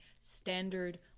standard